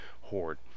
horde